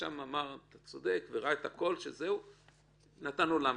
הרשם אמר: אתה צודק, ראה הכול, ונתן לו להמשיך.